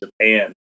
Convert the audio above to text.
Japan